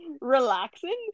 relaxing